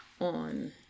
on